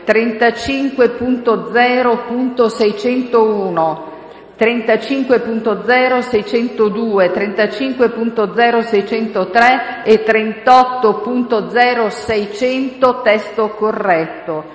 35.0.601, 35.0.602, 35.0.603 e 38.0.600 (testo corretto);